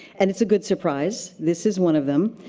and it's a good surprise. this is one of them.